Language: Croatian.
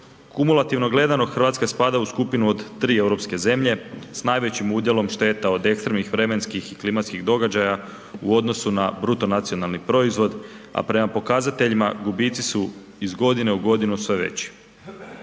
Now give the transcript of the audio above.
Kumulativno gledano Hrvatska spada u skupinu od 3 europske zemlje s najvećim udjelom šteta od ekstremnih vremenskih i klimatskih događaja u odnosu na bruto nacionalni proizvod, a prema pokazateljima gubici su iz godine u godinu sve veći.